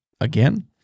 again